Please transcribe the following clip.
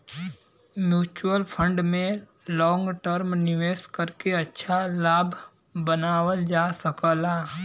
mutual fund में long term निवेश करके अच्छा लाभ बनावल जा सकला